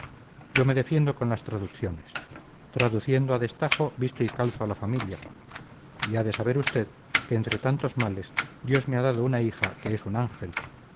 yo me defiendo con las traducciones traduciendo a destajo visto y calzo a la familia y ha de saber usted que entre tantos males dios me ha dado una hija que es un ángel